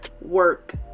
work